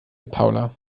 paula